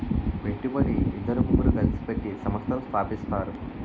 పెట్టుబడి ఇద్దరు ముగ్గురు కలిసి పెట్టి సంస్థను స్థాపిస్తారు